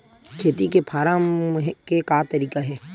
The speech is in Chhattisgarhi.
खेती से फारम के का तरीका हे?